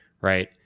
Right